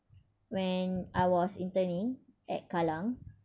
when I was interning at kallang